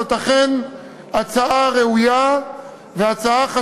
זאת אכן הצעה ראויה וחשובה,